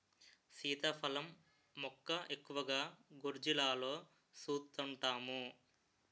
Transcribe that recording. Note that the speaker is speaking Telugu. సీతాఫలం మొక్క ఎక్కువగా గోర్జీలలో సూస్తుంటాము